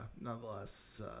nonetheless